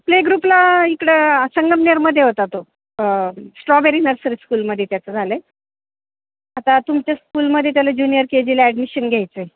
play ग्रुपला इकडं संगमनेरमध्ये होता तो स्ट्रॉबेरी नर्सरी स्कूलमध्ये त्याचं झालं आहे आता तुमच्या स्कूलमध्ये त्याला ज्युनिअर के जीला ॲडमिशन घ्यायचं आहे